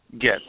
get